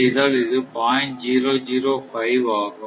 005 ஆகும்